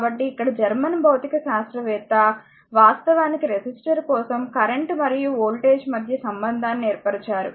కాబట్టి ఇక్కడ జర్మన్ భౌతిక శాస్త్రవేత్త వాస్తవానికి రెసిస్టర్ కోసం కరెంట్ మరియు వోల్టేజ్ మధ్య సంబంధాన్ని ఏర్పరచారు